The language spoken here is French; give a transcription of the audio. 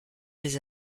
des